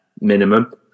minimum